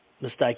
mistake